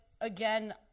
again